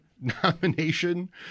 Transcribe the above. nomination